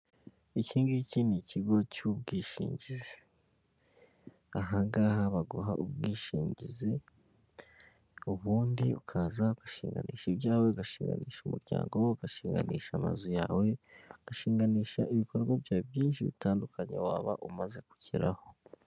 Abantu bari kukazu mu inzu igurisha amayinite, abayobozi noneho bagiye nko kubikuza cyangwa kubitsa cyangwa kugura ikarita yo guha....